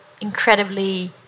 incredibly